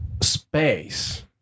space